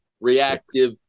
reactive